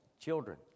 children